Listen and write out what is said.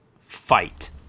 fight